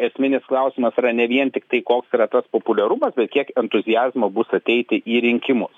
esminis klausimas yra ne vien tiktai koks yra tas populiarumas bet kiek entuziazmo bus ateiti į rinkimus